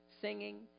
singing